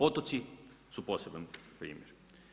Otoci su poseban primjer.